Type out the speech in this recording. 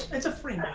it's a free